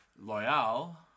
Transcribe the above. Loyal